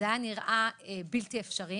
זה היה נראה בלתי אפשרי